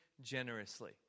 generously